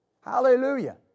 Hallelujah